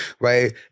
right